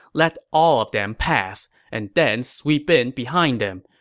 let all of them pass, and then sweep in behind them.